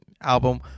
album